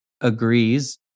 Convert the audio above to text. agrees